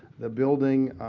the building